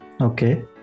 okay